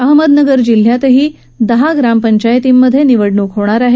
अहमदनगर जिल्ह्यातही दहा ग्रामपंचायतींमध्ये निवडणूक होणार आहे